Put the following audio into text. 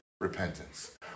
repentance